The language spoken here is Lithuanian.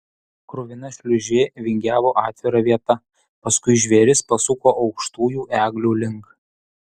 kruvina šliūžė vingiavo atvira vieta paskui žvėris pasuko aukštųjų eglių link